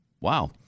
Wow